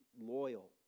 loyal